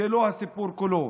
זה לא הסיפור כולו.